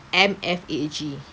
M_F_A_G